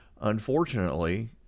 Unfortunately